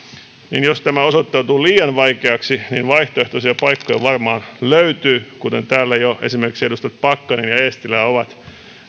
jos tämä osoittautuu liian vaikeaksi niin vaihtoehtoisia paikkoja varmaan löytyy kuten täällä jo esimerkiksi edustajat pakkanen ja eestilä ovat